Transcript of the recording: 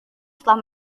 setelah